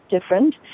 different